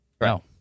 No